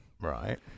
right